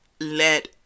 let